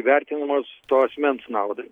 įvertinimos to asmens naudai